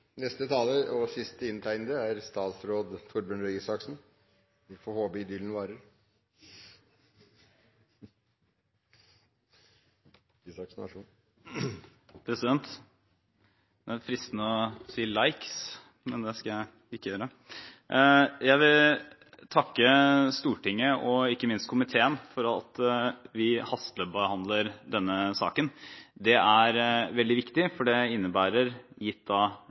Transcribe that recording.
Neste og sist inntegnede taler er statsråd Torbjørn Røe Isaksen. Vi får håpe idyllen varer! Det er fristende å si «likes» – men det skal jeg ikke gjøre. Jeg vil takke Stortinget og ikke minst komiteen for at vi hastebehandler denne saken. Det er veldig viktig, for det innebærer – gitt